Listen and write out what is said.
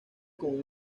con